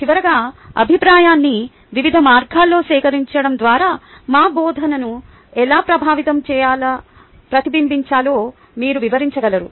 చివరగా అభిప్రాయాన్ని వివిధ మార్గాల్లో సేకరించడం ద్వారా మా బోధనను ఎలా ప్రతిబింబించాలో మీరు వివరించగలరు